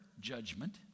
judgment